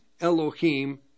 Elohim